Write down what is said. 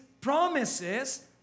promises